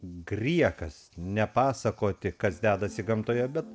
griekas nepasakoti kas dedasi gamtoje bet